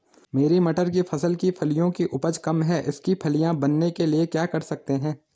मेरी मटर की फसल की फलियों की उपज कम है इसके फलियां बनने के लिए क्या कर सकते हैं?